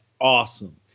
awesome